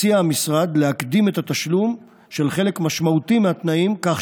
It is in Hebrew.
הציע המשרד להקדים את התשלום של חלק משמעותי מהתנאים כך